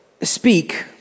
speak